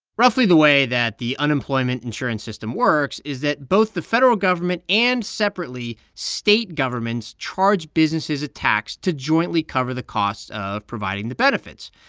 roughly the way that the unemployment insurance system works is that both the federal government and, separately, state governments charge businesses a tax to jointly cover the cost of providing the benefits.